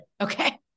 Okay